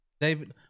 David